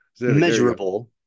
measurable